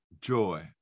joy